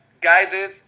guided